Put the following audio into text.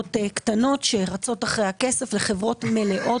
מחברות קטנות שרצות אחרי הכסף לחברות מלאות,